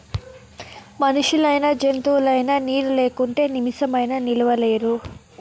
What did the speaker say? మనుషులైనా జంతువులైనా నీరు లేకుంటే నిమిసమైనా నిలువలేరు